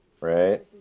Right